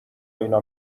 اینا